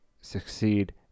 succeed